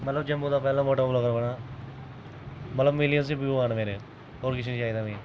मतलब जम्मू दा पैह्ला मोटोब्लॉगर बनां मतलब मिलियन च व्यूज़ आह्न मेरे होर किश निं चाहिदा मिगी